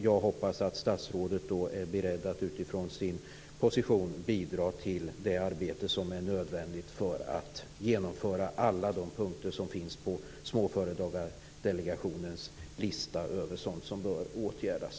Jag hoppas att statsrådet är beredd att utifrån sin position bidra till det arbete som är nödvändigt för att genomföra alla de punkter som finns på Småföretagardelegationens lista över sådant som bör åtgärdas.